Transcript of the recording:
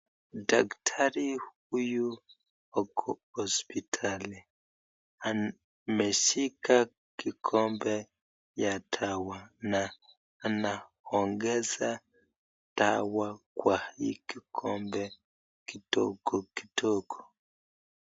Daktari huyu ako hospitali. Ameshika kikombe ya dawa na anaongeza dawa kwa hii kikombe kidogo kidogo.